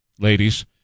Ladies